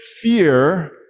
fear